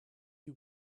you